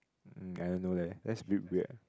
um I don't know leh that's a bit weird